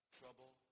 trouble